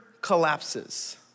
collapses